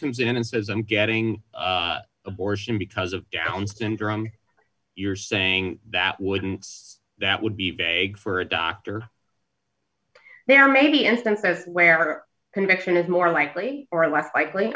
comes in and says i'm getting abortion because of down's syndrome you're saying that wouldn't that would be big for a doctor there may be instances where our conviction is more likely or less likely